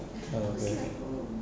oo okay